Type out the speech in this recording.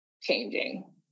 changing